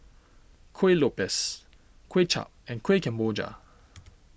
Kuih Lopes Kway Chap and Kueh Kemboja